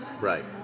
Right